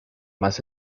más